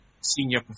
senior